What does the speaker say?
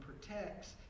protects